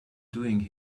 doing